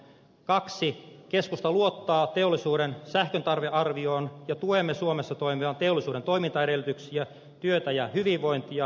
toiseksi keskusta luottaa teollisuuden sähköntarvearvioon ja tuemme suomessa toimivan teollisuuden toimintaedellytyksiä työtä ja hyvinvointia